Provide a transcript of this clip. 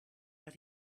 but